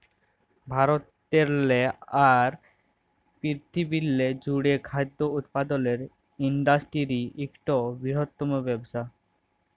ভারতেরলে আর পিরথিবিরলে জ্যুড়ে খাদ্য উৎপাদলের ইন্ডাসটিরি ইকট বিরহত্তম ব্যবসা